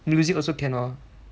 music also cannot